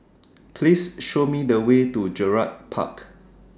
Please Show Me The Way to Gerald Park